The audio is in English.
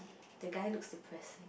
the guy looks depressing